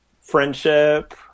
friendship